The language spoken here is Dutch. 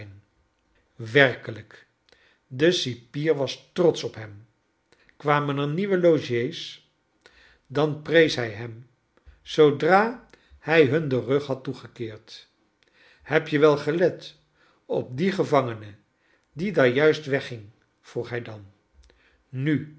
werkelijkj de cipier was trotsch op hem kwamen er nieuwe logo's dan prees hij hem zoodra hij hun den rug had toegekeerd heb je wel gelet op dien gevangene die daar juist wegging i vroeg hij dan nu